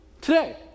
today